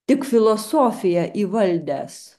tik filosofiją įvaldęs